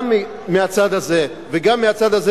גם מהצד הזה וגם מהצד הזה,